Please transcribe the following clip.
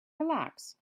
relax